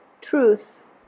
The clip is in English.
truth